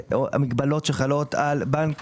המגבלות שחלות על בנק